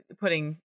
putting